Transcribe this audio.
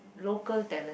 local talent